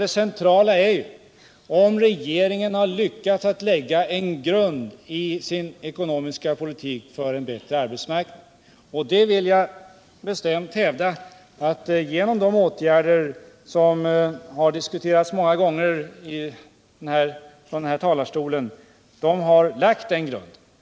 Det centrala är ju, Ingemund Bengtsson, att regeringen har lyckats att lägga en grund i sin ekonomiska politik för en bättre arbetsmarknad. Jag vill bestämt hävda att genom de åtgärder som många gånger diskuterats från denna talarstol har regeringen lagt den grunden.